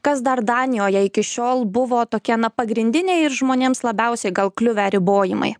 kas dar danijoje iki šiol buvo tokia na pagrindinė ir žmonėms labiausiai gal kliuvę ribojimai